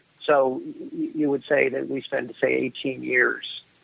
so you would say that we spend, say, eighteen years,